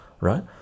right